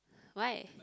why